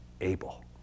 able